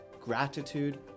gratitude